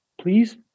Please